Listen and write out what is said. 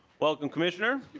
welcome commissioner.